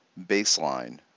baseline